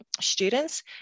students